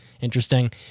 interesting